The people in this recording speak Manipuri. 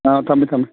ꯑꯥ ꯊꯝꯃꯦ ꯊꯝꯃꯦ